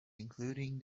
including